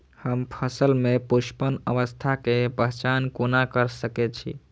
हम फसल में पुष्पन अवस्था के पहचान कोना कर सके छी?